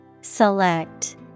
Select